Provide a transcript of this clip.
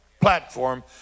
platform